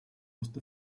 lost